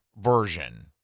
version